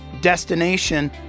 destination